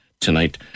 tonight